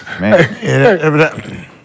Man